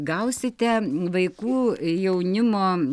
gausite vaikų jaunimo